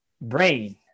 brain